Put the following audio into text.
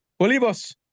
Olivos